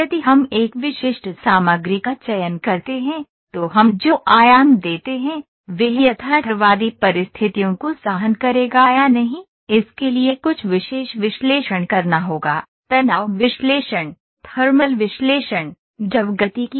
यदि हम एक विशिष्ट सामग्री का चयन करते हैं तो हम जो आयाम देते हैं वह यथार्थवादी परिस्थितियों को सहन करेगा या नहीं इसके लिए कुछ विशेष विश्लेषण करना होगा तनाव विश्लेषण थर्मल विश्लेषण द्रव गतिकी